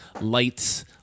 lights